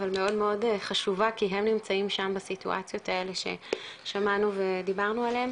אבל מאוד חשובה כי הם נמצאים שם בסיטואציות האלה ששמענו ודיברנו עליהן,